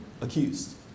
accused